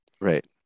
Right